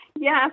Yes